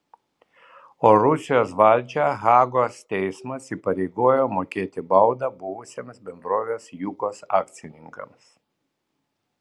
o rusijos valdžią hagos teismas įpareigojo mokėti baudą buvusiems bendrovės jukos akcininkams